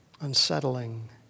Unsettling